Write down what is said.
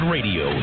Radio